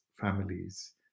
families